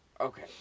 Okay